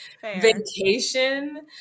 vacation